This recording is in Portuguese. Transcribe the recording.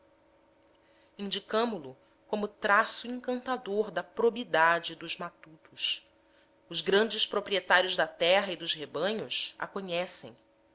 indicamo lo como traço encantador da probidade dos matutos os grandes proprietários da terra e dos rebanhos a conhecem